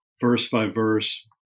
verse-by-verse